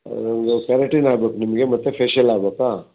ಒಂದು ಕೆರಾಟಿನ್ ಆಗ್ಬೇಕು ನಿಮಗೆ ಮತ್ತು ಫೇಶಿಯಲ್ ಆಗಬೇಕಾ